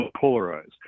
polarized